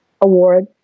Award